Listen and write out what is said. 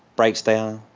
brakes there.